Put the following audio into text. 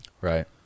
Right